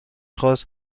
خواست